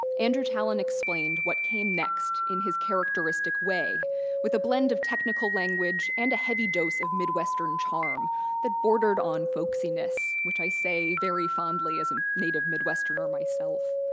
andrew tallon explained what came next in his characteristic way with a blend of technical language and a heavy dose of midwestern charm that bordered on folksiness which i say very fondly as a native midwesterner myself.